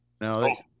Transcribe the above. No